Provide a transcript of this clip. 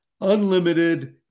unlimited